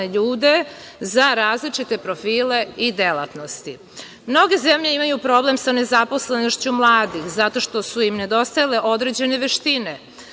ljude za različite profile i delatnosti. Mnoge zemlje imaju problem sa nezaposlenošću mladih, zato što su im nedostajale određene veštine,